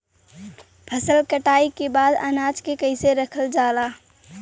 फसल कटाई के बाद अनाज के कईसे रखल जाला?